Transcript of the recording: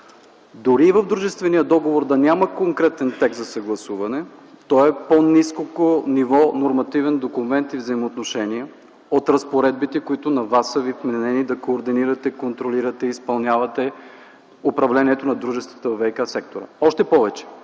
дори и в дружествения договор да няма конкретен текст за съгласуване, той е по-ниско по ниво нормативен документ и взаимоотношения от разпоредбите, които на Вас са Ви вменени да координирате, контролирате и изпълнявате в управлението на дружествата във ВиК-сектора. Още повече